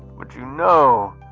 which you know,